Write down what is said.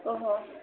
ଓଃ ହୋ